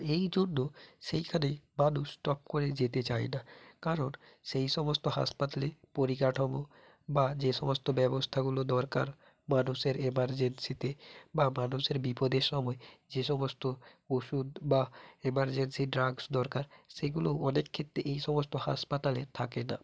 এই জন্য সেইখানে মানুষ টপ করে যেতে চায় না কারণ সেই সমস্ত হাসপাতালে পরিকাঠামো বা যে সমস্ত ব্যবস্থাগুলো দরকার মানুষের এমারজেন্সিতে বা মানুষের বিপদের সময় যে সমস্ত ওষুধ বা এমারজেন্সি ড্রাগস দরকার সেগুলো অনেক ক্ষেত্রে এই সমস্ত হাসপাতালে থাকে না